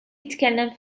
jitkellem